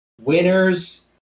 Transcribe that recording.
winners